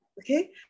okay